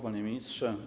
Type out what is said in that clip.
Panie Ministrze!